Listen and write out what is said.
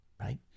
right